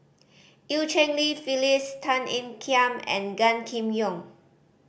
Eu Cheng Li Phyllis Tan Ean Kiam and Gan Kim Yong